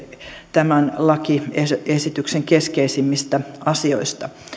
tämän lakiesityksen keskeisimmistä asioista